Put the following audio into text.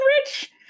rich